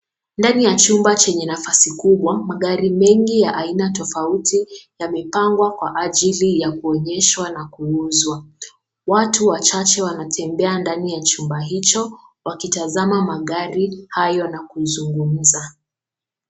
Ndani ya chumba chenye nafasi kubwa magari mengi ya aina tofauti yamepangwa kwa ajili ya kuonyeshwa na kuuzwa. Watu wachache wanatembea ndani ya chumba hicho wakitazama magari hayo na kuzungumza.